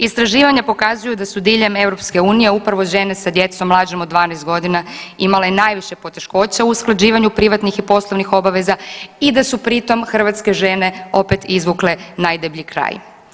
Istraživanja pokazuju da su diljem EU upravo žene sa djecom mlađom od 12 godina imale najviše poteškoća u usklađivanju privatnih i poslovnih obaveza i da su pri tom hrvatske žene opet izvukle najdeblji kraj.